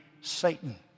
Satan